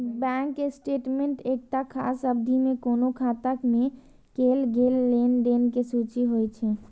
bank statement एकटा खास अवधि मे कोनो खाता मे कैल गेल लेनदेन के सूची होइ छै